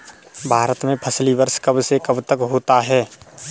भारत में फसली वर्ष कब से कब तक होता है?